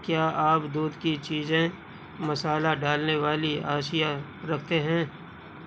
کیا آپ دودھ کی چیزیں مسالا ڈالنے والی اشیا رکھتے ہیں